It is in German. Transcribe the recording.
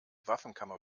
waffenkammer